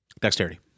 Dexterity